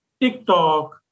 TikTok